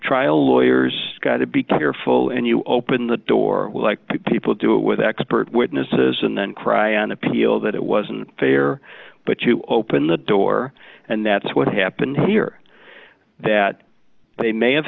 trial lawyers got to be careful and you open the door like people do with expert witnesses and then cry on appeal that it wasn't fair but you open the door and that's what happened here that they may have